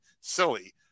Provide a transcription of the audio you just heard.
silly